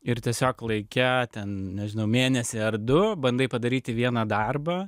ir tiesiog laike ten nežinau mėnesį ar du bandai padaryti vieną darbą